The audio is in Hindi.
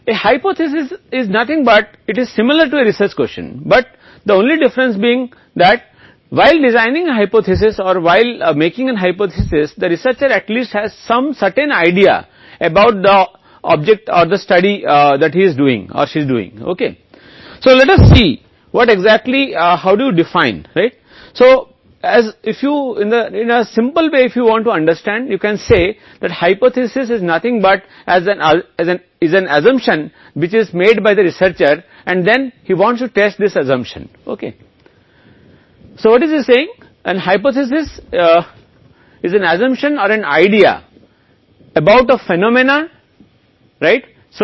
एक परिकल्पना को विकसित करने के लिए एक परिकल्पना सही है तो अब परिकल्पना कुछ भी नहीं है केवल शोध प्रश्न के समान है लेकिन अंतर केवल यह है कि एक परिकल्पना या जबकि डिजाइनिंग बनाने वाले ने अध्ययन के उद्देश्य के बारे में कम से कम कुछ निश्चित विचार किया हैतो आइए देखें कि आप सही कैसे परिभाषित करते हैं जैसे कि यदि आप एक सरल तरीके से समझना चाहते हैं तो आप कह सकते हैं कि परिकल्पना और कुछ नहीं बल्कि एक धारणा है जो शोधकर्ता द्वारा बनाई गई है और फिर वह इस धारणा को ठीक करना चाहता है